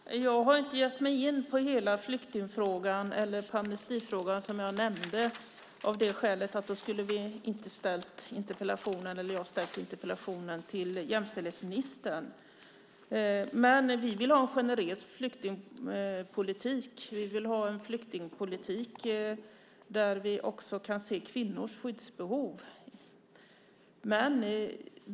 Fru talman! Jag har inte gett mig in på hela flyktingfrågan eller anmestifrågan, som jag nämnde. Då skulle jag inte ha ställt interpellationen till jämställdhetsministern. Vi vill ha en generös flyktingpolitik där vi också kan se kvinnors skyddsbehov.